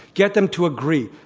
get them to agree.